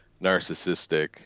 narcissistic